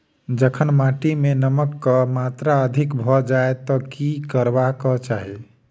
जखन माटि मे नमक कऽ मात्रा अधिक भऽ जाय तऽ की करबाक चाहि?